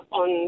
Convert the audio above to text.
on